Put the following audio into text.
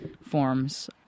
forms